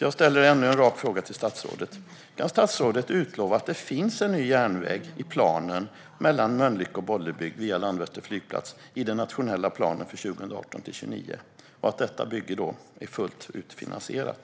Jag ställer därför ännu en rak fråga till statsrådet: Kan statsrådet utlova att det finns en ny järnväg i planen mellan Mölnlycke och Bollebygd via Landvetter flygplats i den nationella planen för 2018-2029 och att detta bygge är fullt ut finansierat?